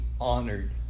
honored